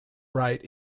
right